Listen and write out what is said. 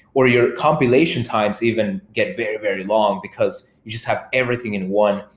or your compilation times even get very, very long because you just have everything in one.